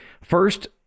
First